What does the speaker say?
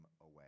away